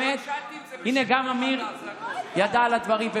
הינה, גם אמיר ידע על הדברים.